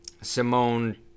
Simone